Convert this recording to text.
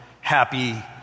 happy